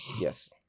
yes